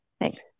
thanks